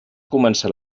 començar